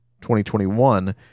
2021